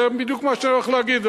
זה בדיוק מה שאני הולך להגיד,